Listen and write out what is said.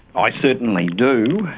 i certainly do,